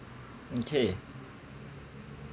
okay